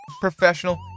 professional